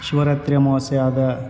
ಶಿವರಾತ್ರಿಯ ಅಮಾವಾಸ್ಯೆ ಆದ